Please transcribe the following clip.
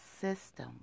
system